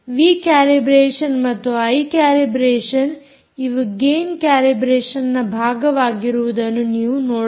V calibration ಮತ್ತು I calibration ಇವು gain ಕ್ಯಾಲಿಬ್ರೇಷನ್ನ ಭಾಗವಾಗಿರುವುದನ್ನು ನೀವು ನೋಡಬಹುದು